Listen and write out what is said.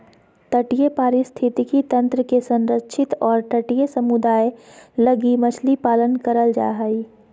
तटीय पारिस्थितिक तंत्र के संरक्षित और तटीय समुदाय लगी मछली पालन करल जा हइ